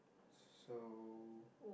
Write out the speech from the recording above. so